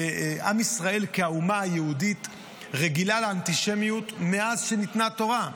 עם ישראל כאומה היהודית רגילה לאנטישמיות מאז שניתנה התורה.